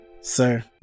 Sir